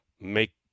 make